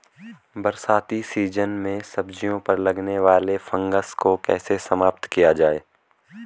बरसाती सीजन में सब्जियों पर लगने वाले फंगस को कैसे समाप्त किया जाए?